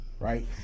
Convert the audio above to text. right